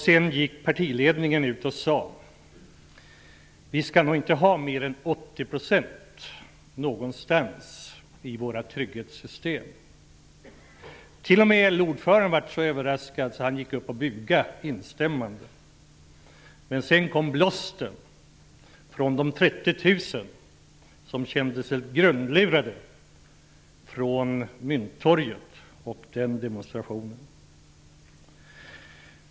Sedan gick den socialdemokratiska partiledningen ut och sade: Vi skall inte ha mer än LO-ordföranden blev så överraskad att han gick upp och bugade instämmande. Men sedan kom blåsten från de 30 000 som kände sig grundlurade. Den kom från dem som demonstrerade på Mynttorget.